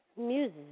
music